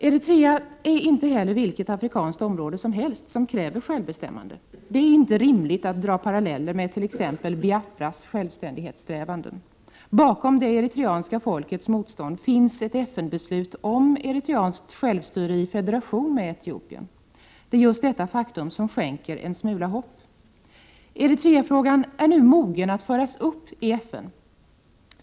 Vidare är inte Eritrea vilket afrikanskt område som helst som kräver självbestämmande. Det är inte rimligt att dra paralleller med t.ex. Biafras självständighetssträvanden. Bakom det eritreanska folkets motstånd finns ett FN-beslut om eritreanskt självstyre, i federation med Etiopien. Det är just detta faktum som skänker en smula hopp. Eritreafrågan är nu mogen att tas upp i FN.